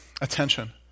attention